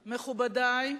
מכובדי,